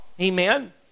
Amen